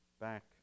back